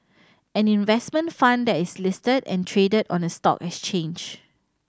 an investment fund that is listed and traded on a stock exchange